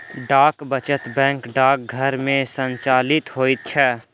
डाक वचत बैंक डाकघर मे संचालित होइत छै